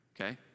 Okay